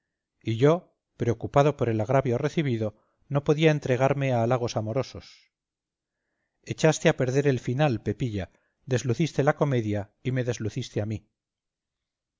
y yo preocupado por el agravio recibido no podía entregarme a halagos amorosos echaste a perder el final pepilla desluciste la comedia y me desluciste a mí